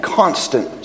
constant